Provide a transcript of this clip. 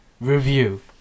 review